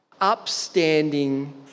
upstanding